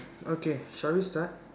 okay shall we start